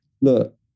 look